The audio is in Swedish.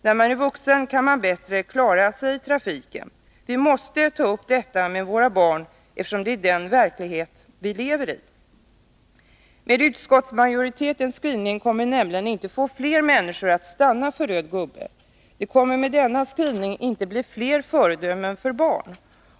När man är vuxen kan man bättre klara sig i trafiken. Vi måste ta upp detta med våra barn, eftersom det är den verklighet vi lever i. Med utskottsmajoritetens skrivning kommer nämligen inte fler människor att stanna för röd gubbe. Det kommer med denna skrivning inte att bli fler föredömen för barnen.